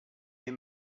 est